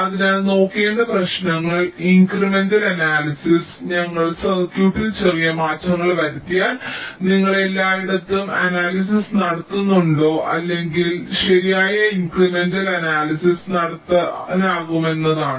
അതിനാൽ നോക്കേണ്ട പ്രശ്നങ്ങൾ ഇൻക്രിമെന്റൽ അനാലിസിസ് ഞങ്ങൾ സർക്യൂട്ടിൽ ചെറിയ മാറ്റങ്ങൾ വരുത്തിയാൽ നിങ്ങൾ എല്ലായിടത്തും അനാലിസിസ് നടത്തേണ്ടതുണ്ടോ അല്ലെങ്കിൽ ഞങ്ങൾക്ക് ശരിയായ ഇൻക്രിമെന്റൽ അനാലിസിസ് നടത്താനാകുമെന്നതാണ്